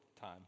time